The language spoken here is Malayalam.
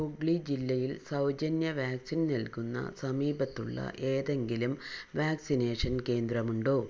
ഹുഗ്ലി ജില്ലയിൽ സൗജന്യ വാക്സിൻ നൽകുന്ന സമീപത്തുള്ള ഏതെങ്കിലും വാക്സിനേഷൻ കേന്ദ്രമുണ്ടോ